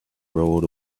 rode